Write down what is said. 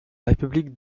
république